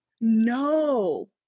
No